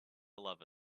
love